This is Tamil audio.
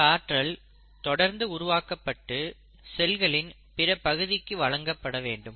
இந்த ஆற்றல் தொடர்ந்து உருவாக்கப்பட்டு செல்களின் பிற பகுதிக்கு வழங்கப்பட வேண்டும்